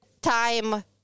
time